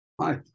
Hi